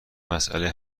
مسئله